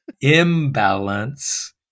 Imbalance